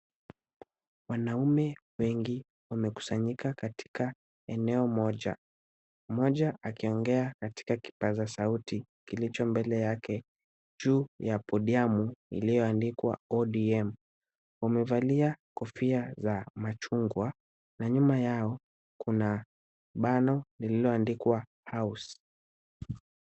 Wanaume wengi wamekusanyika katika eneo moja. Moja akiongea katika kipaza sauti kilicho mbele yake juu ya podiamu iliyoandikwa ODM, wamevalia kofia za machungwa na nyuma yao kuna bango lililoandikwa HOUSE .